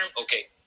Okay